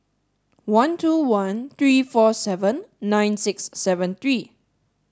one two one three four seven nine six seven three